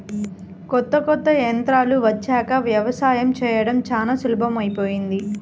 కొత్త కొత్త యంత్రాలు వచ్చాక యవసాయం చేయడం చానా సులభమైపొయ్యింది